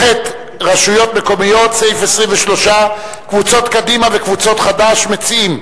סעיף 23. קבוצות קדימה וחד"ש מציעות,